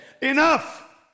Enough